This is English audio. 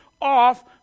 off